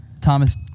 Thomas